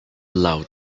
love